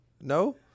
No